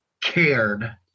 cared